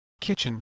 kitchen